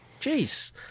jeez